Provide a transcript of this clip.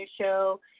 show